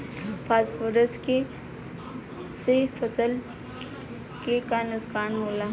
Phosphorus के से फसल के का नुकसान होला?